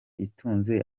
itunze